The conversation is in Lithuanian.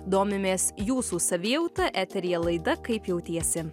domimės jūsų savijauta eteryje laida kaip jautiesi